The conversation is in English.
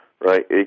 right